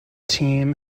team